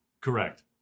Correct